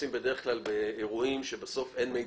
הזה -- באירועים שאין מידע